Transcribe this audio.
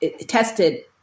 tested